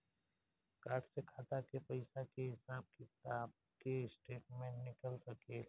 Card से खाता के पइसा के हिसाब किताब के स्टेटमेंट निकल सकेलऽ?